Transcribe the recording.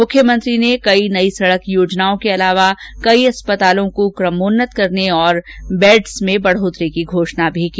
मुख्यमंत्री ने कई नई सड़क योजनाओं के अलावा कई अस्पतालों को कमोन्नत करने तथा शैय्याओं में बढोतरी की घोषणा भी की